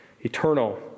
eternal